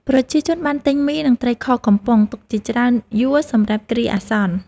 ប្រជាជនបានទិញមី និងត្រីខកំប៉ុងទុកជាច្រើនយួរសម្រាប់គ្រាអាសន្ន។